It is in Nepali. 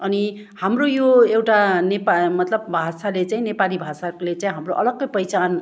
अनि हाम्रो यो एउटा नेपा मतलब भाषाले चाहिँ नेपाली भाषाले चाहिँ हाम्रो अलग्गै पहिचान